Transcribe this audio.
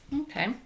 Okay